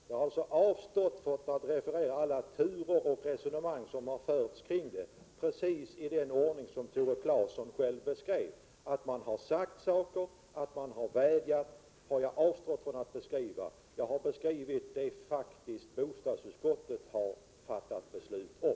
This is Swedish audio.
Jag har alltså avstått från att referera alla turer och resonemang som har förts kring förslaget, precis i den ordning som Tore Claeson själv beskrev. Att man har sagt saker, att man har vädjat, det har jag avstått från att beskriva. Jag har beskrivit det som bostadsutskottet faktiskt har fattat beslut om.